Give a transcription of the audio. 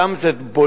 שם זה בולט,